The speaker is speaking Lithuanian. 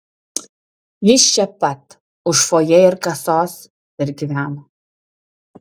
jis čia pat už fojė ir kasos ir gyveno